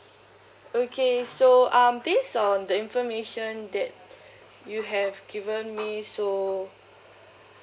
okay so um based on the information that you have given me so